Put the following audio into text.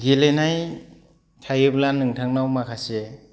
गेलेनाय थायोब्ला नोंथांनाव माखासे